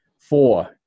Four